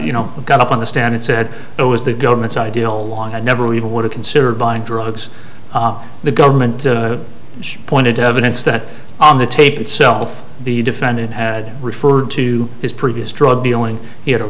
you know got up on the stand it said it was the government's idea all along had never even want to consider buying drugs the government pointed to evidence that on the tape itself the defendant had referred to his previous drug dealing he had a